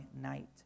night